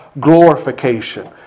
glorification